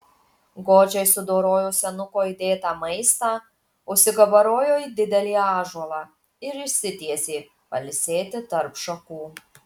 godžiai sudorojo senuko įdėtą maistą užsikabarojo į didelį ąžuolą ir išsitiesė pailsėti tarp šakų